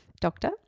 doctor